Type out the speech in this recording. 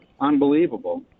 Unbelievable